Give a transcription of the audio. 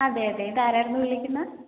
അതെ അതെ ഇത് ആരായിരുന്നു വിളിക്കുന്നത്